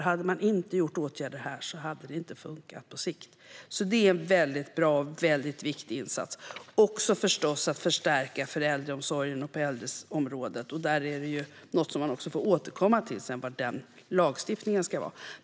Hade man inte vidtagit åtgärder här hade det inte funkat på sikt. Det är en väldigt bra och viktig insats, liksom, förstås att förstärka på äldreområdet. Där får man återkomma till hur lagstiftningen ska se ut.